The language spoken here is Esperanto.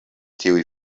tiuj